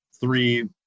three